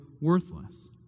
worthless